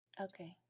okay